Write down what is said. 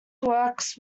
works